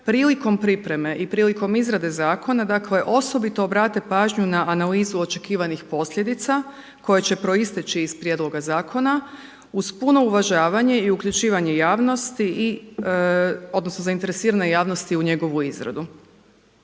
prilikom pripreme i prilikom izrade zakona dakle osobito obrate pažnju na analizu očekivanih posljedica koje će proisteći iz prijedloga zakona uz puno uvažavanje i uključivanje javnosti, odnosno zainteresirane javnosti u njegovu izradu.